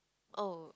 oh